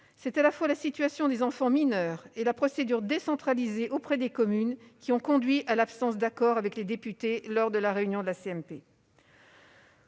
C'est à la fois la situation des enfants mineurs et la procédure décentralisée auprès des communes qui ont conduit à l'absence d'accord avec les députés lors de la réunion de la